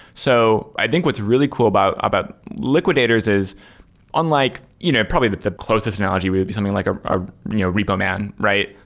so i think what's really cool about about liquidators is unlike you know probably the closest analogy will be something like a ah you know repo man, right?